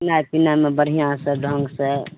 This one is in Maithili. खेनाइ पिनाइमे बढ़िऑंसॅं ढँगसॅं